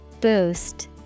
Boost